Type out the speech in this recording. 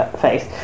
face